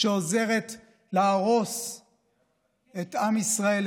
שעוזרת להרוס את עם ישראל,